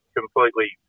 completely